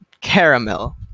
Caramel